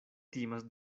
timas